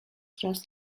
just